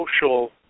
social